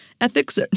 Ethics